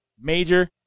major